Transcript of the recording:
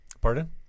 Pardon